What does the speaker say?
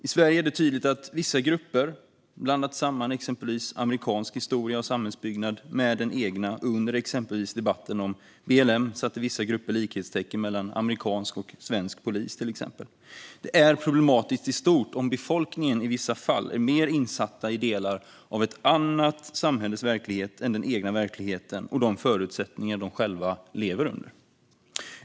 I Sverige är det tydligt att vissa grupper blandar samman exempelvis amerikansk historia och samhällsbyggnad med den egna. Under exempelvis debatten om BLM satte vissa grupper likhetstecken mellan amerikansk och svensk polis. Det är problematiskt i stort om befolkningen i vissa fall är mer insatta i delar av ett annat samhälles verklighet än i den egna verkligheten och de förutsättningar de själva lever under.